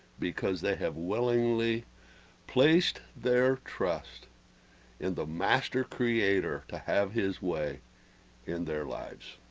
because they have willingly placed their trust in the master creator to have his way in their lives